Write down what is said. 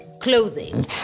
clothing